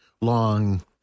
long